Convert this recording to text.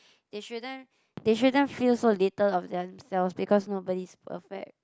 they shouldn't they shouldn't feel so little of themselves because nobody is perfect